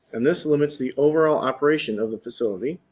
and this limits the overall operation of the facility.